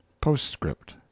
postscript